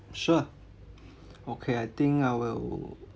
sure okay I think I will